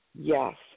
Yes